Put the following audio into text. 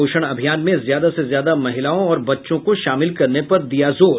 पोषण अभियान में ज्यादा से ज्यादा महिलाओं और बच्चों को शामिल करने पर दिया जोर